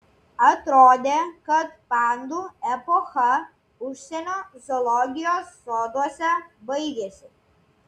atrodė kad pandų epocha užsienio zoologijos soduose baigėsi